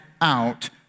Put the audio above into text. out